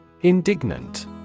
Indignant